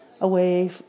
away